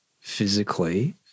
physically